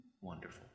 wonderful